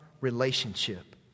relationship